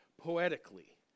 poetically